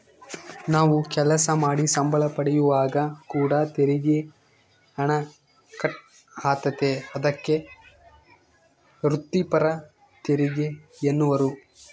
ನಾವು ಕೆಲಸ ಮಾಡಿ ಸಂಬಳ ಪಡೆಯುವಾಗ ಕೂಡ ತೆರಿಗೆ ಹಣ ಕಟ್ ಆತತೆ, ಅದಕ್ಕೆ ವ್ರಿತ್ತಿಪರ ತೆರಿಗೆಯೆನ್ನುವರು